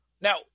Now